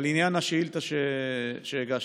אבל לעניין השאילתה שהגשתי,